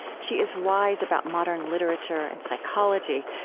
she is wise about modern literature and psychology.